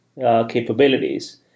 capabilities